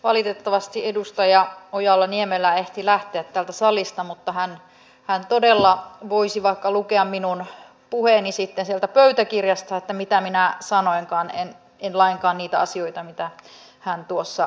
valitettavasti edustaja ojala niemelä ehti lähteä täältä salista mutta hän todella voisi vaikka lukea minun puheeni sitten sieltä pöytäkirjasta että mitä minä sanoinkaan en lainkaan niitä asioita mitä hän tuossa väitti